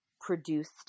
produced